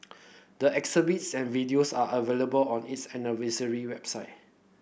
the exhibits and videos are available on its anniversary website